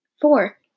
Four